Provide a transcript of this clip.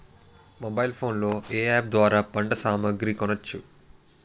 Mobile phone లో ఏ app ద్వారా పంట సామాగ్రి కొనచ్చు?